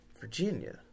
Virginia